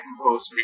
composed